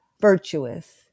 Virtuous